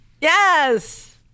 Yes